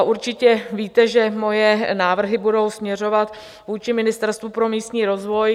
Určitě víte, že moje návrhy budou směřovat vůči Ministerstvu pro místní rozvoj.